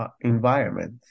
environment